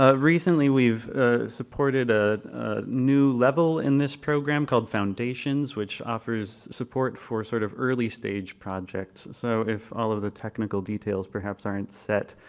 ah recently we've supported a new level in this program called foundations, which offers support for sort of early stage projects. so if all of the technical details perhaps aren't set,